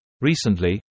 Recently